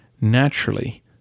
Naturally